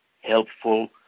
helpful